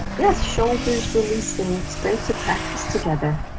yes, shoulders releasing, it's great to practice together,